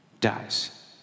dies